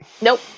nope